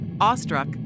Awestruck